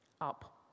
Up